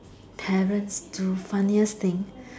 parents do funniest thing